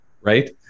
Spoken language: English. right